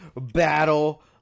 battle